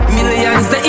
Millions